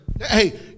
Hey